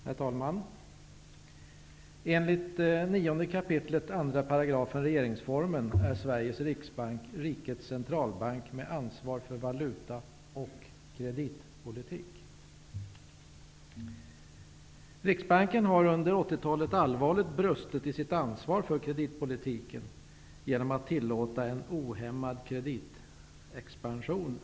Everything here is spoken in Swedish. Herr talman! Enligt 9 kap. 12 § i regeringsformen är Sveriges Riksbank ''rikets centralbank med ansvar för valuta och kreditpolitik''. Riksbanken har under 80-talet allvarligt brustit i sitt ansvar för kreditpolitiken genom att under den perioden ha tillåtit en ohämmad kreditexpansion.